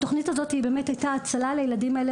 התוכנית הזאת באמת הייתה הצלה לילדים האלה